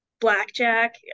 blackjack